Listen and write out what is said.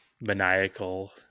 maniacal